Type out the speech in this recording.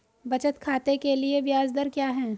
बचत खाते के लिए ब्याज दर क्या है?